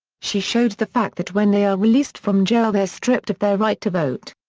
she shows the fact that when they are released from jail they are stripped of their right to vote.